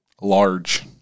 large